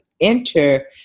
enter